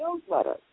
newsletter